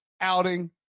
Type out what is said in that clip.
outing